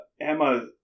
Emma